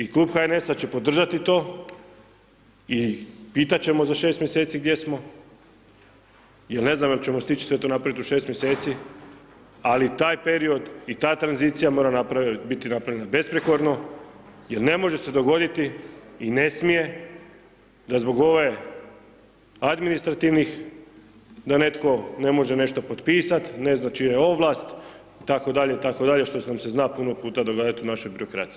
I Klub HNS-a će podržati za to i pitati ćemo za 6 mj. gdje smo jer ne znam jel ćemo stići sve to napraviti u 6 mj. ali taj period i ta tranzicija mora biti napravljena besprijekorno, jer ne može se dogoditi i ne smije, da zbog ovih administrativkinih da netko ne može nešto potpisati, ne zna čija je ovlast itd. itd. što se zna puno puta događati u našoj birokraciji.